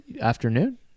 afternoon